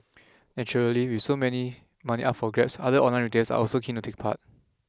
naturally with so many money up for grabs other online retailers are also keen to take part